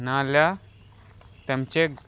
नाजाल्यार तांचें